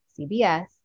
CBS